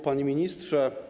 Panie Ministrze!